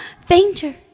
Fainter